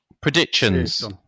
Predictions